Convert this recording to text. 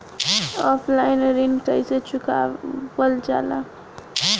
Offline ऋण कइसे चुकवाल जाला?